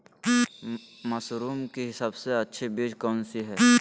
Mushroom की सबसे अच्छी बीज कौन सी है?